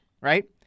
right